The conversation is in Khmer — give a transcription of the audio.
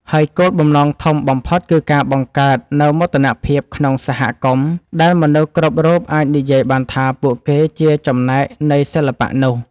ហើយគោលបំណងធំបំផុតគឺការបង្កើតនូវមោទនភាពក្នុងសហគមន៍ ដែលមនុស្សគ្រប់រូបអាចនិយាយបានថាពួកគេជាចំណែកនៃសិល្បៈនោះ។